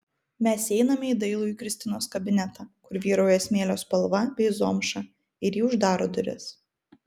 mes įeiname į dailųjį kristinos kabinetą kur vyrauja smėlio spalva bei zomša ir ji uždaro duris